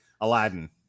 aladdin